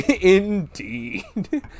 Indeed